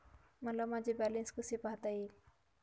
मला माझे बॅलन्स कसे पाहता येईल?